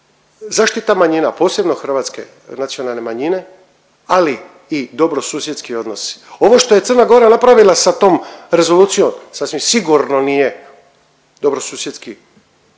zaštita manjina, posebno hrvatske nacionalne manjine, ali i dobrosusjedski odnosi. Ovo što je CG napravila sa tom rezolucijom, sasvim sigurno nije dobrosusjedski, ne